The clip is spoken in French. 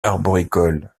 arboricoles